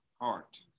Heart